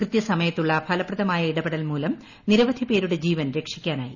കൃതൃസമയത്തുള്ള ഫലപ്രദമായ ഇടപെടൽ മൂലം നിരവധ്യി പേര്ുടെ ജീവൻ രക്ഷിക്കാനായി